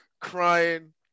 crying